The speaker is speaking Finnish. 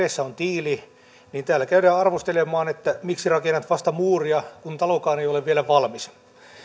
niin että kädessä on tiili niin täällä käydään arvostelemaan että miksi rakennat vasta muuria kun talokaan ei ole vielä valmis